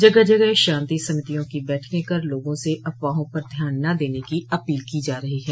जगह जगह शांति समितियों की बैठके कर लोगों से अफवाहों पर ध्यान न देने की अपील की जा रही है